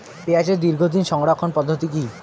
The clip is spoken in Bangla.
পেঁয়াজের দীর্ঘদিন সংরক্ষণ পদ্ধতি কি?